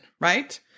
right